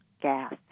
gas